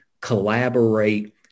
collaborate